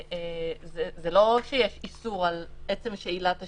זה לא שיש איסור על עצם שאילת השאלות,